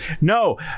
No